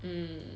mm